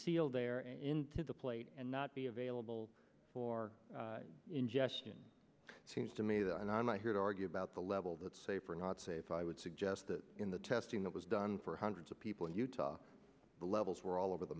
sealed there into the plate and not be available for ingestion seems to me that and i'm not here to argue about the level that's safe or not safe i would suggest that in the testing that was done for hundreds of people in utah the levels were all over the